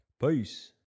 Peace